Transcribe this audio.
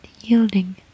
yielding